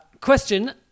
Question